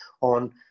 on